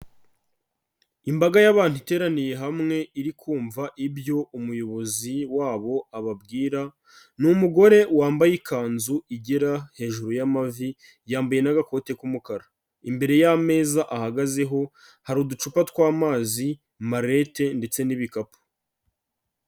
Imbaga y'abantu iteraniye hamwe iri kumva ibyo umuyobozi wabo ababwira, ni umugore wambaye ikanzu igera hejuru y'amavi, yambaye n'agakoti k'umukara, imbere y'ameza ahagazeho hari uducupa tw'amazi, marete ndetse n'ibikapu.